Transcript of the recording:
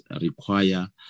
require